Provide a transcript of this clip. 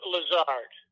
Lazard